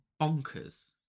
bonkers